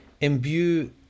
imbue